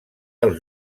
els